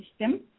system